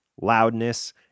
Loudness